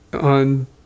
on